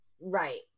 Right